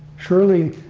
surely,